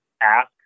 ask